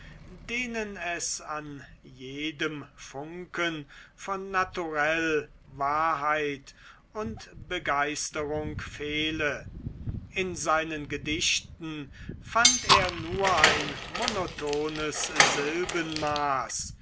denen es an jedem funken von naturell wahrheit und begeisterung fehle in seinen gedichten fand er nur ein monotones silbenmaß